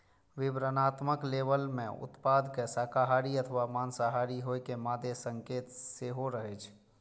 विवरणात्मक लेबल मे उत्पाद के शाकाहारी अथवा मांसाहारी होइ के मादे संकेत सेहो रहै छै